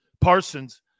Parsons